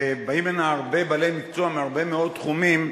ובאים הנה הרבה בעלי מקצוע מהרבה מאוד תחומים,